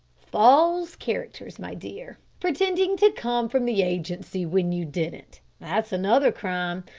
false characters, my dear. pretending to come from the agency, when you didn't. that's another crime.